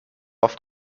oft